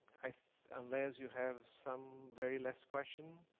unless you have some very last question?